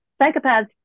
Psychopaths